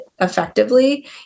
effectively